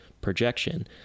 projection